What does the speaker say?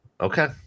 okay